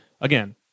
again